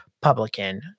publican